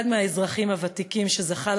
אחד מהאזרחים הוותיקים שזכה,